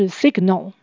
signal